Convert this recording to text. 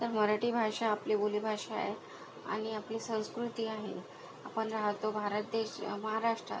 तर मराठी भाषा आपली बोली भाषा आहे आणि आपली संस्कृती आहे आपण राहतो भारत देश महाराष्ट्रात